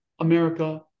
America